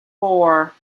four